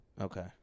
Okay